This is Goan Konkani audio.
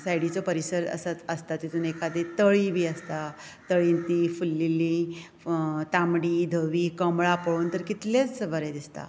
सायडीचो परीसर आसा आसता तातूंत एकादी तळी बी आसता तळयेंत ती फुल्लेली तांबडी धवी कमळां पळोवन तर कितलेंच बरें दिसता